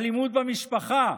אלימות במשפחה,